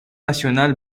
national